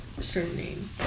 surname